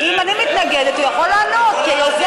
אם אני מתנגדת, הוא יכול לעלות כיוזם.